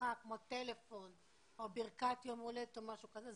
משפחה כמו טלפון או ברכת יום הולדת או משהו כזה,